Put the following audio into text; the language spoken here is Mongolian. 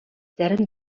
зарим